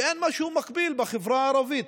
ואין משהו מקביל בחברה הערבית.